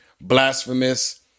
blasphemous